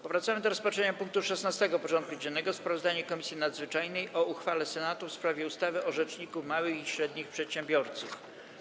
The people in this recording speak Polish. Powracamy do rozpatrzenia punktu 16. porządku dziennego: Sprawozdanie Komisji Nadzwyczajnej o uchwale Senatu w sprawie ustawy o Rzeczniku Małych i Średnich Przedsiębiorców.